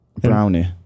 Brownie